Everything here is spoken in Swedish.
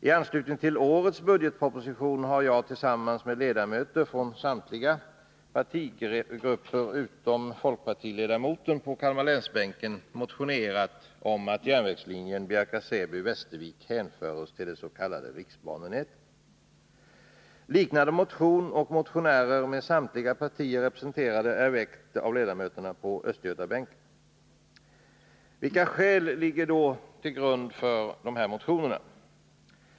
I anslutning till årets budgetproposition har jag tillsammans med ledamöter från samtliga partigrupper utom folkpartiet på Kalmarlänsbänken motionerat om att järnvägslinjen Bjärka/Säby-Västervik skall hänföras till det s.k. riksbanenätet. En liknande motion har väckts av ledamöterna på Östgötabänken, med samtliga partier representerade. Vilka är då skälen till motionerna?